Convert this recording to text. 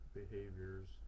behaviors